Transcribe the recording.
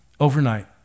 Overnight